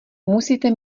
musíte